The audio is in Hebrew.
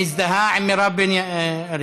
מזדהה עם מירב בן ארי,